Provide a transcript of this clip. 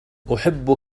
أحبك